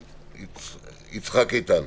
יצחק איתן.